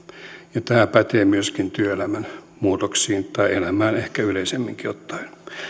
ja tämä pätee myöskin työelämän muutoksiin tai elämään ehkä yleisemminkin ottaen